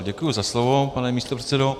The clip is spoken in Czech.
Děkuji za slovo, pane místopředsedo.